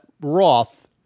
Roth